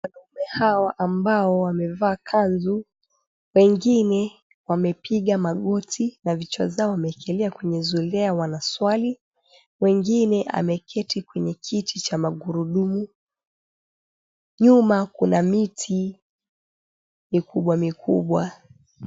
Wanaume ambao wamevaa kanzu, wengine wamepiga magoti na vichwa zao wameekelea kwenye zulia wanaswali. Wengine ameketi kwenye kiti cha magurudumu. Nyuma kuna miti mikubwa mikubwa.